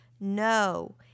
no